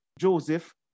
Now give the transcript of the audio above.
Joseph